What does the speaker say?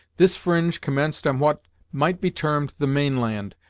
this fringe commenced on what might be termed the main land,